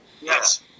Yes